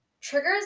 triggers